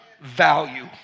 value